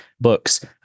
books